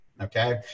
okay